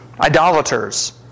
idolaters